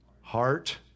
heart